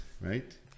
right